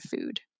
food